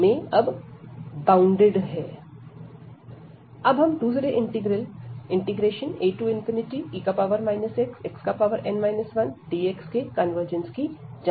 अब हम दूसरे इंटीग्रल ae xxn 1dx के कन्वर्जंस की जांच करेंगे